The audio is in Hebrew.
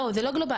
לא, זה לא גלובלי.